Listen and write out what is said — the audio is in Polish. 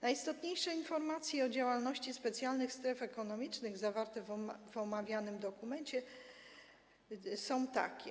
Najistotniejsze informacje o działalności specjalnych stref ekonomicznych zawarte w omawianym dokumencie są następujące.